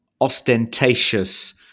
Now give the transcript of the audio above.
ostentatious